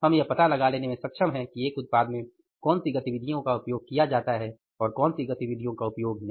हम यह पता लगा लेने में सक्षम हैं कि एक उत्पाद में कौन सी गतिविधियों का उपयोग किया जाता है और कौन सी गतिविधियों का नहीं